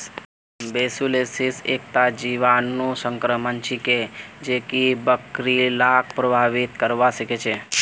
brucellosis एकता जीवाणु संक्रमण छिके जेको बकरि लाक प्रभावित करवा सकेछे